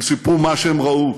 הם סיפרו מה שהם ראו.